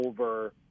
over